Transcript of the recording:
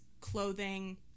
clothing